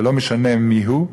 ולא משנה מיהו,